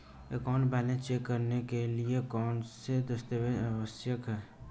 Account balance check करने के लिए कौनसे दस्तावेज़ आवश्यक हैं?